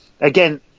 again